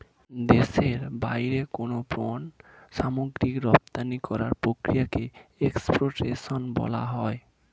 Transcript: দেশের বাইরে কোনো পণ্য সামগ্রী রপ্তানি করার প্রক্রিয়াকে এক্সপোর্টেশন বলা হয়